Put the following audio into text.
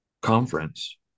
conference